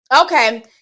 okay